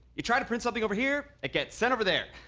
you try to print something over here, it gets sent over there.